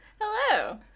Hello